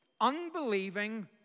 unbelieving